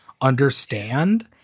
understand